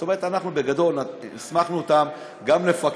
זאת אומרת, אנחנו בגדול הסמכנו אותם גם לפקח,